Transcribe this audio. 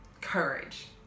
Courage